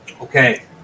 Okay